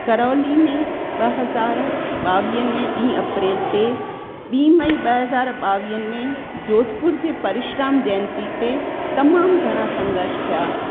करोली में ॿ हज़ार ॿावीहनि में ॿी अप्रेल ते ॿी मई ॿ हज़ार ॿावीहनि में जोधपुर जे परीश्राम जयंती ते तमामु घणा संग्रश थिया